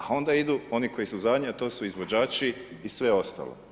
A onda idu oni koji su zadnji, a to su izvođači i sve ostalo.